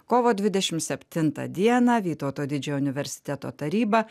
kovo dvidešimt septintą dieną vytauto didžiojo universiteto taryba